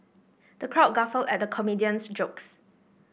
the crowd guffawed at the comedian's jokes